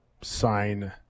sign